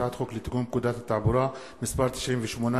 הצעת חוק לתיקון פקודת התעבורה (מס' 98),